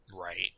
Right